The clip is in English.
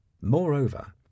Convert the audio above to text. moreover